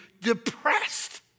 depressed